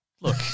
look